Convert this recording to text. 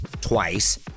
twice